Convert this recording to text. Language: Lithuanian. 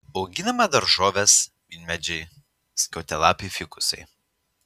auginama daržovės vynmedžiai skiautėtalapiai fikusai